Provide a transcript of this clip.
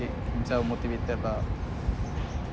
keep himself motivated lah